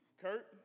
Kurt